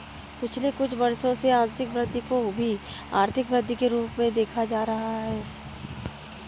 पिछले कुछ वर्षों से आंशिक वृद्धि को भी आर्थिक वृद्धि के रूप में देखा जा रहा है